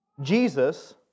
Jesus